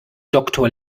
doktor